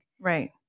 Right